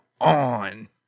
on